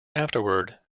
afterward